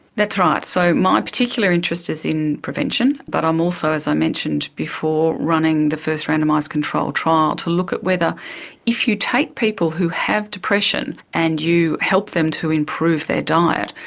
that's right. so my particular interest is in prevention but i'm also, as i mentioned before, running the first randomised controlled trial to look at whether if you take people who have depression and you help them to improve their diet,